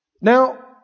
Now